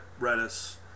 Redis